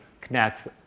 connects